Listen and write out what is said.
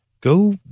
Go